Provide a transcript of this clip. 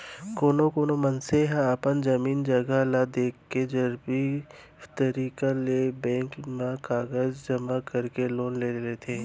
कोनो कोना मनसे ह अपन जमीन जघा ल देखा के फरजी तरीका ले बेंक म कागज जमा करके लोन ले लेथे